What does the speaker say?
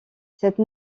cette